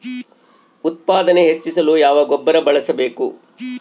ಉತ್ಪಾದನೆ ಹೆಚ್ಚಿಸಲು ಯಾವ ಗೊಬ್ಬರ ಬಳಸಬೇಕು?